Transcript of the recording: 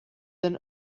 than